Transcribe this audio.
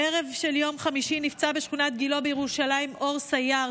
בערב של יום חמישי נפצע בשכונת גילה בירושלים אור סייר,